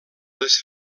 les